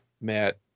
Matt